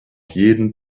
jeden